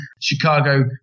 chicago